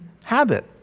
habit